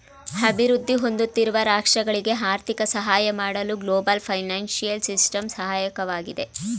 ಅಭಿವೃದ್ಧಿ ಹೊಂದುತ್ತಿರುವ ರಾಷ್ಟ್ರಗಳಿಗೆ ಆರ್ಥಿಕ ಸಹಾಯ ಮಾಡಲು ಗ್ಲೋಬಲ್ ಫೈನಾನ್ಸಿಯಲ್ ಸಿಸ್ಟಮ್ ಸಹಾಯಕವಾಗಿದೆ